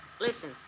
Listen